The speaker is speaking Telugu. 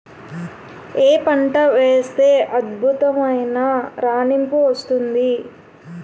ఏ పంట వేస్తే అద్భుతమైన రాణింపు వస్తుంది?